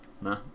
nah